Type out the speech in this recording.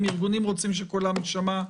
ארגונים רוצים שקולם ישמע,